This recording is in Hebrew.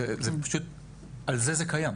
בזכותם זה קיים.